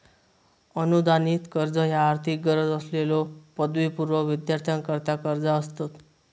अनुदानित कर्ज ह्या आर्थिक गरज असलेल्यो पदवीपूर्व विद्यार्थ्यांकरता कर्जा असतत